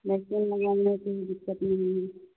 लेकिन लगवाने से भी दिक्कत नहीं है